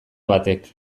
batek